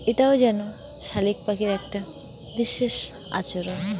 এটাও যেন শালিখ পাখির একটা বিশেষ আচরণ